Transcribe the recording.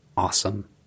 awesome